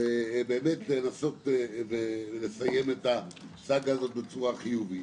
לנסות ולסיים את הסאגה הזאת בצורה חיובית.